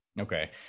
Okay